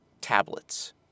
tablets